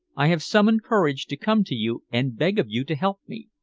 i have summoned courage to come to you and beg of you to help me.